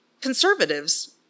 Conservatives